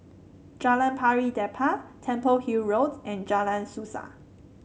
Jalan Pari Dedap Temple Hill Road and Jalan Suasa